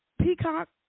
peacock